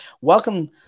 Welcome